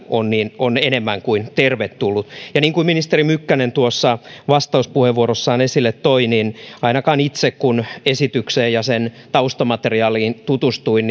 on enemmän kuin tervetullut ja niin kuin ministeri mykkänen tuossa vastauspuheenvuorossaan esille toi niin ainakaan itselleni kun esitykseen ja sen taustamateriaaliin tutustuin